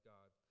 God